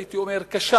הייתי אומר קשה,